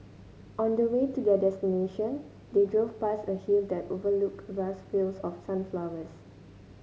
on the way to their destination they drove past a hill that overlooked vast fields of sunflowers